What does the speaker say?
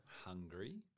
hungry